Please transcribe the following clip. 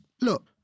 look